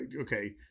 okay